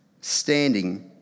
standing